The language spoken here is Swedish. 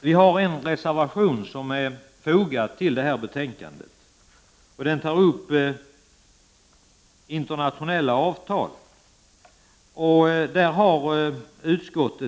Vi har en reservation som är fogad till detta betänkande. Där tar vi upp internationella avtal.